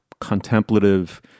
contemplative